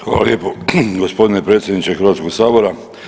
Hvala lijepo gospodine predsjedniče Hrvatskog sabora.